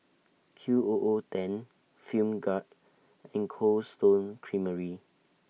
Q O O ten Film Grade and Cold Stone Creamery